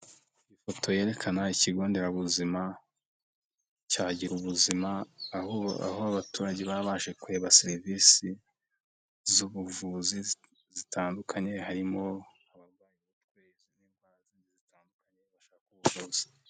Ifoto yerekana ikigo nderabuzima cya gira ubuzima aho aho abaturage baba baje kureba serivisi z'ubuvuzi zitandukanye harimo aba zitandukanye ubuvuzi.